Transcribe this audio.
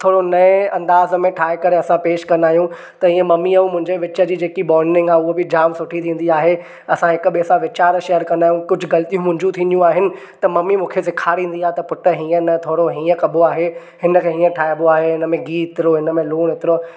थोरो नए अंदाज़ में ठाहे करे असां पेशि कंदा आहियूं त इहे ममी ऐं मुंहिंजे विच जेकी बोंडिंग आहे उहा बि जाम सुठी थींदी आहे असां हिक ॿिए सां वीचार शेयर कंदा आहियूं कुझु ग़लतियूं मुंहिंजी थींदियूं आहिनि त ममी मूंखे सेखारींदी आहे त पुटु हीअ न थोरो हीअं कबो आहे हिन खे हीअं ठाहिबो आहे हिन में गिहु हेतिरो हिन में लुणू हेतिरो